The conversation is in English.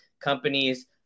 companies